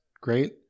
great